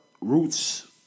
roots